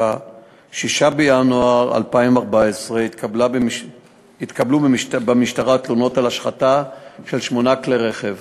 ב-6 בינואר 2014 התקבלו במשטרה תלונות על השחתת שמונה כלי רכב